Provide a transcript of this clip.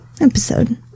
Episode